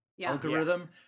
algorithm